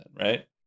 right